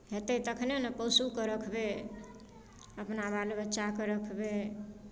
हेतै तखनहि ने पशुकेँ रखबै अपना बाल बच्चाकेँ रखबै